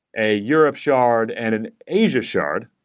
a europe shard and an asia shard,